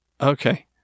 Okay